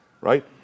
right